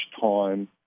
time